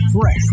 fresh